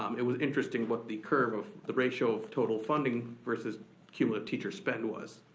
um it was interesting what the curve of the ratio of total funding versus cumulative teacher spend was.